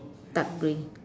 dark grey